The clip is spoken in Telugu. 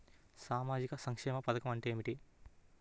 సామాజిక సంక్షేమ పథకం అంటే ఏమిటి?